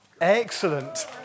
Excellent